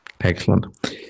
Excellent